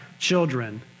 children